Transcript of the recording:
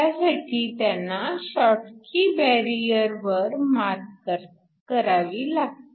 त्यासाठी त्यांना Schottky barrier वर मात करावी लागते